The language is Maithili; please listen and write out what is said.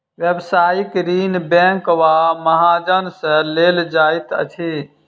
व्यवसायिक ऋण बैंक वा महाजन सॅ लेल जाइत अछि